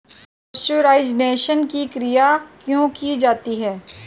Pasteurisation की क्रिया क्यों की जाती है?